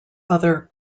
other